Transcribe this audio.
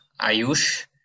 Ayush